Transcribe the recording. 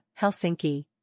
Helsinki